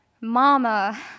mama